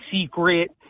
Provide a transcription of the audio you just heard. secret